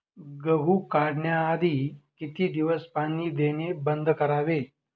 गहू काढण्याआधी किती दिवस पाणी देणे बंद करावे?